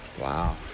Wow